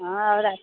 हाँ और